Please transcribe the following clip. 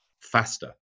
faster